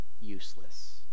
useless